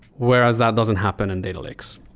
whereas that doesn't happen in data lakes.